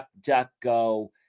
DuckDuckGo